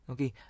Okay